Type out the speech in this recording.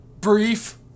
brief